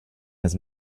his